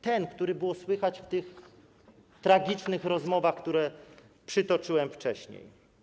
Ten, który było słychać w tych tragicznych rozmowach, które przytoczyłem wcześniej.